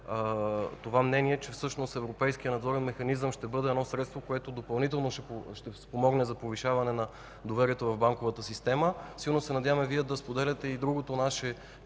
това мнение, че всъщност европейският надзорен механизъм ще бъде едно средство, което допълнително ще спомогне за повишаване на доверието в банковата система. Силно се надяваме Вие да споделяте и другото наше